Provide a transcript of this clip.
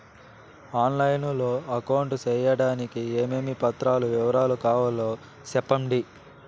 On line లో account సేయడానికి ఏమేమి పత్రాల వివరాలు కావాలో సెప్పండి?